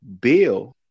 Bill